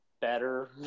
better